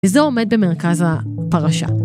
‫וזה עומד במרכז הפרשה.